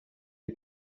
die